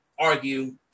argue